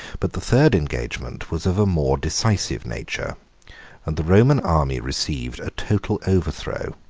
but the third engagement was of a more decisive nature and the roman army received a total overthrow,